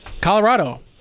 Colorado